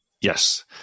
Yes